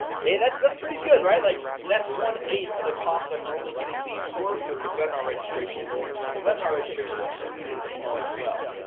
okay, that's that's pretty good right, like that's one. eighth of the costs. i'm normally getting leads for with the webinar registration and the webinar registration i'm just getting an email as well.